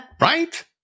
Right